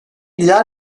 diğer